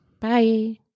bye